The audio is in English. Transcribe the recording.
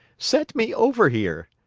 sent me over here.